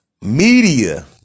Media